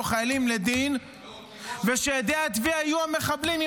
חיילים לדין ושעדי התביעה יהיו המחבלים,